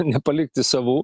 nepalikti savų